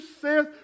says